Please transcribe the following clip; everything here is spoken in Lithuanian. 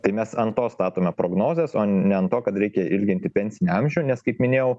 tai mes ant to statome prognozes o ne ant to kad reikia ilginti pensinį amžių nes kaip minėjau